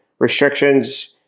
restrictions